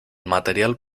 material